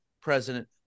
president